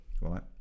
right